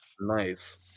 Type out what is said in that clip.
Nice